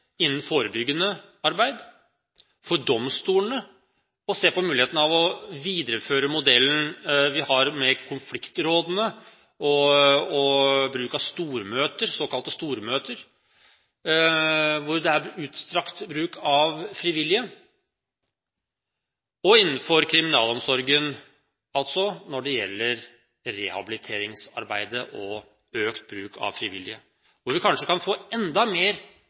innen forebyggende arbeid, for domstolene å se på muligheten for å videreføre modellen vi har med konfliktrådene og bruk av såkalte stormøter, der det er utstrakt bruk av frivillige, og innenfor kriminalomsorgen. Dette gjelder altså rehabiliteringsarbeidet og økt bruk av frivillige, hvor vi kanskje kan få enda mer